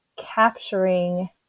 capturing